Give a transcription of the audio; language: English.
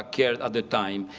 cared at the time.